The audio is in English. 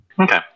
Okay